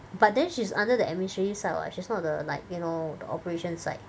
but then she's under the administrative side what she's not the like you know the operation side